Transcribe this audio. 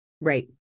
right